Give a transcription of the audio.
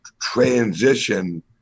transition